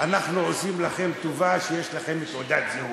אנחנו עושים לכם טובה שיש לכם תעודת זהות.